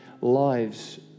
lives